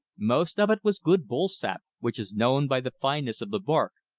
most of it was good bull-sap, which is known by the fineness of the bark,